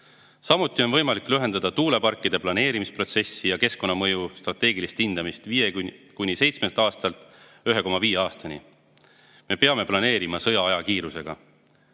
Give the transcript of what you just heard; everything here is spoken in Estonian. Samuti on võimalik lühendada tuuleparkide planeerimise protsessi ja keskkonnamõju strateegilist hindamist 5–7 aastalt 1,5 aastani. Me peame planeerima sõjaaja kiirusega.